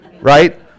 right